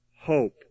hope